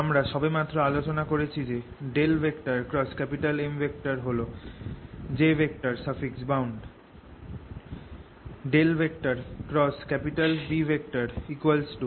আমরা সবেমাত্র আলোচনা করেছি যে M হল Jbound